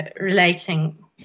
relating